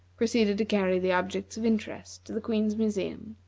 proceeded to carry the objects of interest to the queen's museum.